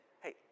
Hey